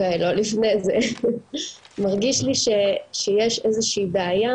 לפני זה, מרגיש לי שיש איזושהי בעיה